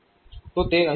તો તે અહીં આપેલ છે